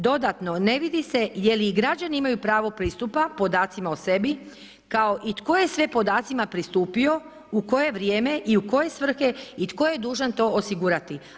Dodatno, ne vidi se je li i građani imaju pravo pristupa podacima o sebi, kao i tko je sve podacima pristupio u koje vrijeme i u koje svrhe i tko je dužan to osigurati.